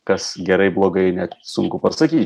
kas gerai blogai net sunku pasakyt